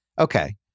Okay